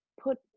Put